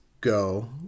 go